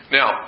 Now